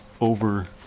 over